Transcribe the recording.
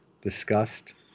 discussed